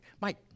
Mike